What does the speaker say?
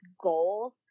goals